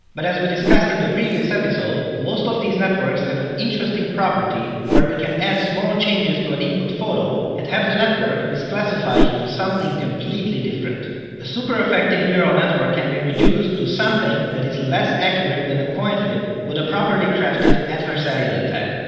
but as we discussed in the previous episode, most of these networks have an interesting property where we can add small changes to an input photo and have the network misclassify it to something a super effective neural network can be reduced to something that is less accurate than a coinflip with a properly crafted adversarial attack.